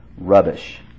rubbish